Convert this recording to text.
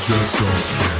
Just don't care.